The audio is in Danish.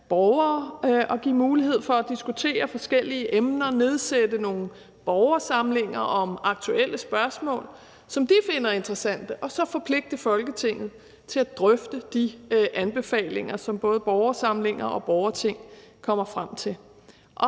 og give mulighed for at diskutere forskellige emner, nedsætte nogle borgersamlinger om aktuelle spørgsmål, som de finder interessante, og så forpligte Folketinget til at drøfte de anbefalinger, som både borgersamlinger og borgerting kommer frem til.